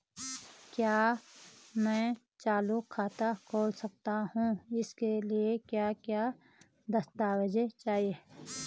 क्या मैं चालू खाता खोल सकता हूँ इसके लिए क्या क्या दस्तावेज़ चाहिए?